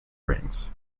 rings